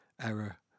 error